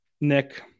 nick